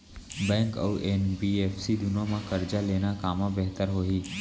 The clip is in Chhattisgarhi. बैंक अऊ एन.बी.एफ.सी दूनो मा करजा लेना कामा बेहतर होही?